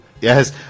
Yes